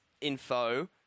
info